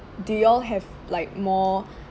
do you all have like more